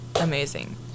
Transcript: Amazing